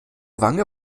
wange